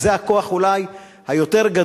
וזה הכוח אולי היותר-גדול.